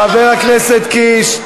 חבר הכנסת קיש.